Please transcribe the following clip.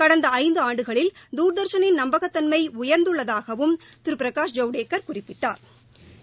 கடந்தஐந்துஆண்டுகளில் தூர்தர்ஷனின் நம்பகத்தன்மை யா்ந்துள்ளதாகவும் திருபிரகாஷ் ஜவடேக்கள் குறிப்பிட்டா்